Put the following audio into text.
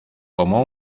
como